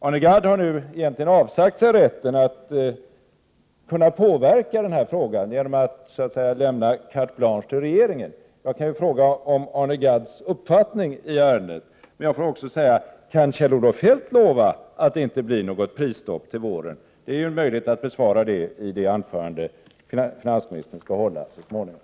Arne Gadd har nu egentligen avsagt sig rätten att påverka den här frågan genom att så att säga lämna carte blanche till regeringen. Jag kunde fråga om Arne Gadds uppfattning i ärendet. Men jag får också fråga: Kan Kjell-Olof Feldt lova att det inte blir något prisstopp till våren? Det är ju möjligt att besvara det i det anförande som finansministern så småningom skall hålla.